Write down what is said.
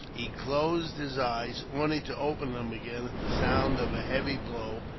he closed his eyes, only to open them again at the sound of a heavy blow,